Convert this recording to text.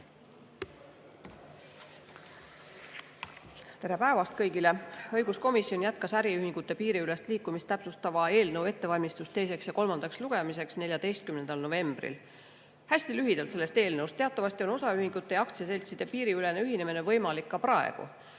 Tere päevast kõigile! Õiguskomisjon jätkas äriühingute piiriülest liikumist täpsustava eelnõu ettevalmistust teiseks ja kolmandaks lugemiseks 14. novembril. Hästi lühidalt sellest eelnõust. Teatavasti on osaühingute ja aktsiaseltside piiriülene ühinemine võimalik ka praegu,